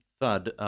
thud